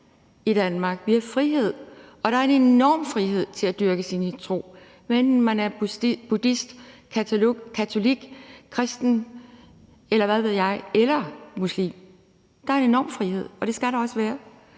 vi har frihed, og der er en enorm frihed til at dyrke sin tro, hvad enten man er buddhist, katolik, kristen, eller hvad ved jeg – eller muslim. Der er en enorm frihed, og det skal der også være.